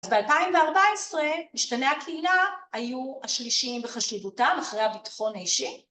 אז ב-2014 משתני הקהילה היו השלישיים בחשיבותם, אחרי הביטחון האישי.